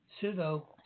pseudo